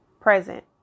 present